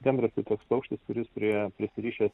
gandras koks paukštis kuris prie prisirišęs